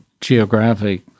geographic